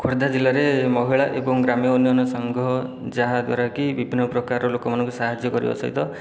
ଖୋର୍ଦ୍ଧା ଜିଲ୍ଲାରେ ମହିଳା ଏବଂ ଗ୍ରାମୀୟ ଉନ୍ନୟନ ସଂଘ ଯାହା ଦ୍ୱାରାକି ବିଭିନ୍ନ ପ୍ରକାର ଲୋକମାନଙ୍କୁ ସାହାଯ୍ୟ କରିବା ସହିତ